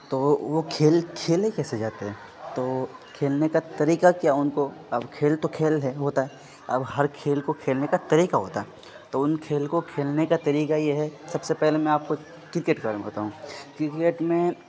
تو وہ کھیل کھیلے کیسے جاتے ہیں تو کھیلنے کا طریقہ کیا ان کو اب کھیل تو کھیل ہے ہوتا ہے اب ہر کھیل کو کھیلنے کا طریقہ ہوتا ہے تو ان کھیل کو کھیلنے کا طریقہ یہ ہے سب سے پہلے میں آپ کو کرکٹ کے بارے میں بتاؤں کرکٹ میں